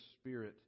spirit